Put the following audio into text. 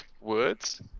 words